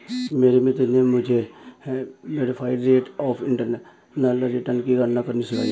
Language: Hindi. मेरे मित्र ने मुझे modified rate of internal return की गणना करना सिखाया